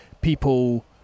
people